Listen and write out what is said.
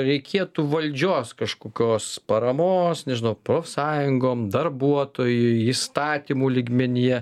reikėtų valdžios kažkokios paramos nežinau profsąjungom darbuotojui įstatymų lygmenyje